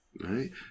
Right